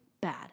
bad